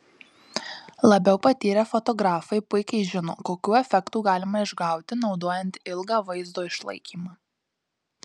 labiau patyrę fotografai puikiai žino kokių efektų galima išgauti naudojant ilgą vaizdo išlaikymą